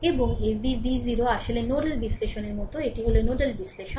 এবং এই v v 0 আসলে নোডাল বিশ্লেষণের মতো এটি হল নোডাল বিশ্লেষণ